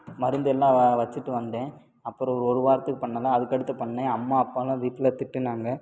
மருந்தெல்லாம் வச்சுட்டு வந்தேன் அப்புறம் ஒரு வாரத்துக்கு பண்ணலை அதுக்கடுத்து பண்ணேன் அம்மா அப்பாலாம் வீட்டில் திட்டினாங்க